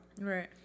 Right